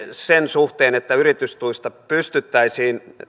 sen suhteen että pystyttäisiin